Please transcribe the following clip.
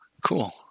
Cool